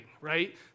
right